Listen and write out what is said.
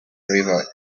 river